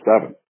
seven